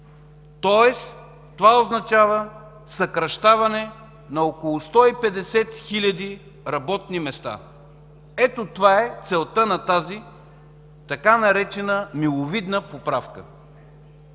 тоест това означава съкращаване на около 150 хиляди работни места. Ето това е целта на тази, така наречена „миловидна поправка”.